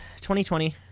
2020